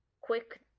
quick